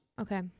okay